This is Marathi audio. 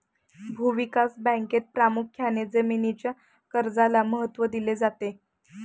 भूविकास बँकेत प्रामुख्याने जमीनीच्या कर्जाला महत्त्व दिले जाते